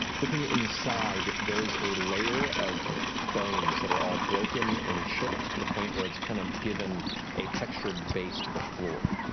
looking inside, there is a layer of bones that are all broken, and chipped to the point where it's kind of given a textured base to the floor.